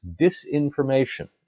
disinformation